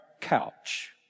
couch